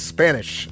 Spanish